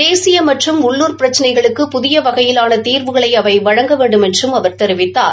தேசிய மற்றும் உள்ளூர் பிரச்சினைகளுக்கு புதிய வகையிலான தீர்வுகளை அவை வழங்க வேண்டுமென்றும் அவர் தெரிவித்தார்